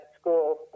school